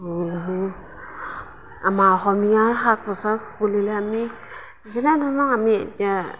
আমাৰ অসমীয়াৰ সাজ পোছাক বুলিলে আমি যিমান হ'লেও আমি এতিয়া